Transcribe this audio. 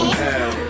hell